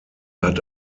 hat